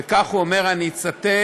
וכך הוא אומר, אני אצטט: